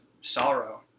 sorrow